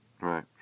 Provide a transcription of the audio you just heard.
Right